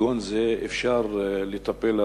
כגון זה אפשר לטפל.